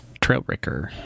Trailbreaker